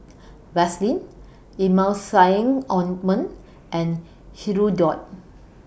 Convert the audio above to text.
Vaselin Emulsying Ointment and Hirudoid